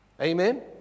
Amen